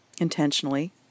Intentionally